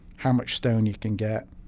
how much stone you can get,